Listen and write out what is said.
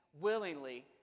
willingly